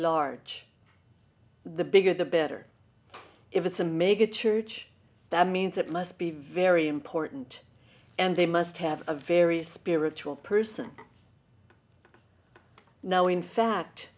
large the bigger the better if it's a mega church that means it must be very important and they must have a very spiritual person now in fact